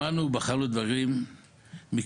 שמענו ובחנו דברים מקרוב.